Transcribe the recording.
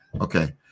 Okay